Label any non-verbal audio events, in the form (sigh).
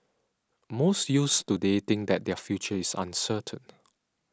most youths today think that their future is uncertain (noise)